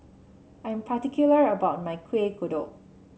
I am particular about my Kueh Kodok